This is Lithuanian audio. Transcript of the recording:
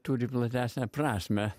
turi platesnę prasmę